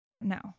no